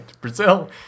Brazil